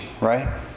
right